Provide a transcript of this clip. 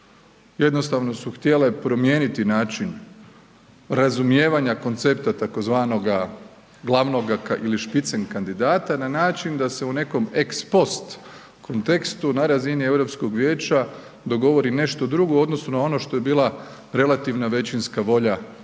jednostavno su htjele promijeniti način razumijevanja koncepta tzv. glavnoga ili špicen kandidata na način da se u nekom ex post kontekstu na razini Europskog vijeća dogovori nešto drugo u odnosu na ono što je bila relativna većinska volja